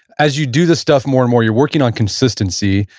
as you do the stuff more and more, you're working on consistency,